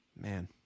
man